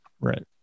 right